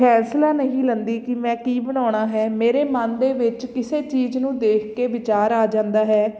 ਫੈਸਲਾ ਨਹੀਂ ਲੈਂਦੀ ਕਿ ਮੈਂ ਕੀ ਬਣਾਉਣਾ ਹੈ ਮੇਰੇ ਮਨ ਦੇ ਵਿੱਚ ਕਿਸੇ ਚੀਜ਼ ਨੂੰ ਦੇਖ ਕੇ ਵਿਚਾਰ ਆ ਜਾਂਦਾ ਹੈ